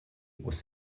was